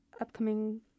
upcoming